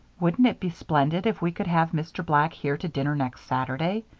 wouldn't it be splendid if we could have mr. black here to dinner next saturday?